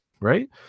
right